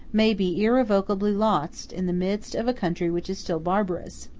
may be irrevocably lost in the midst of a country which is still barbarous,